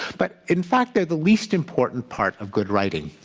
but in fact, they're the least important part of good writing.